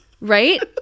Right